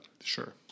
Sure